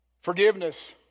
Forgiveness